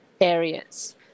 areas